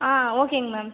ஆ ஓகேங்க மேம்